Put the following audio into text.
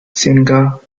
singh